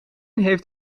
heeft